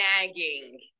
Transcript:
nagging